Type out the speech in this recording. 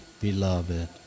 Beloved